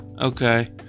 Okay